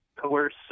coerce